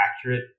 accurate